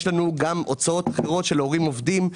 יש לנו גם הוצאות אחרות של הורים עובדים,